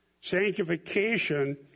Sanctification